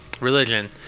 religion